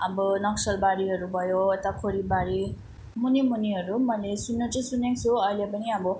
अब नक्सलबारीहरू भयो यता खोरिबारी मुनि मुनिहरू मैले सुन्नु चाहिँ सुनेको छु अहिले पनि अब